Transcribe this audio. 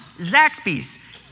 Zaxby's